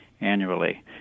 annually